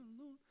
alone